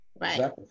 Right